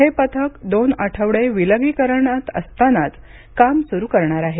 हे पथक दोन आठवडे विलगीकरणात असतानाच काम सुरू करणार आहे